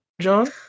john